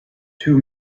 two